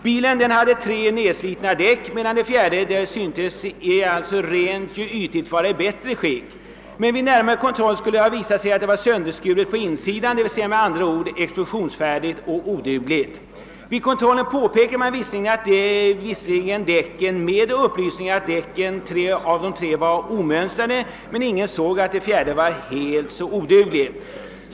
Tre av bilens däck var nedslitna, medan det fjärde rent ytligt syntes vara i bättre skick. Men vid närmare kontroll skulle det ha visat sig att detta däck var sönderskuret på insidan, dvs. explosionsfärdigt och odugligt. Vid kontrollen påpekade man visserligen att tre däck var omönstrade, men ingen såg att det fjärde var helt odugligt.